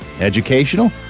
Educational